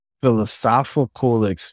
philosophical